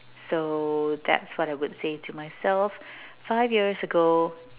so that's what I would say to myself five years ago